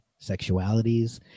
sexualities